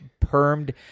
permed